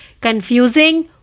confusing